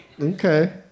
Okay